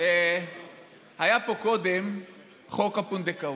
היה פה קודם חוק הפונדקאות.